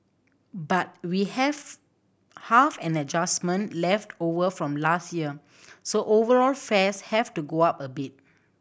but we have half an adjustment left over from last year so overall fares have to go up a bit